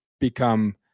become